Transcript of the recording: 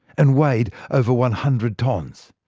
and weighed over one hundred tons.